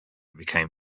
became